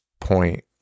point